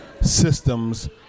systems